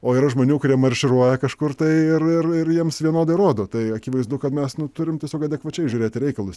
o yra žmonių kurie marširuoja kažkur tai ir ir jiems vienodai rodo tai akivaizdu kad mes nu turim tiesiog adekvačiai žiūrėti reikalus